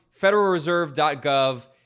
federalreserve.gov